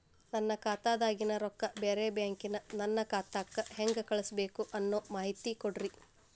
ನನ್ನ ಖಾತಾದಾಗಿನ ರೊಕ್ಕ ಬ್ಯಾರೆ ಬ್ಯಾಂಕಿನ ನನ್ನ ಖಾತೆಕ್ಕ ಹೆಂಗ್ ಕಳಸಬೇಕು ಅನ್ನೋ ಮಾಹಿತಿ ಕೊಡ್ರಿ?